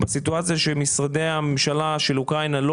בסיטואציה שמשרדי הממשלה של אוקראינה לא